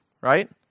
right